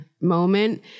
moment